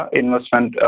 investment